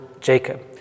Jacob